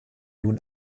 nun